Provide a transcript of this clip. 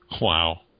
Wow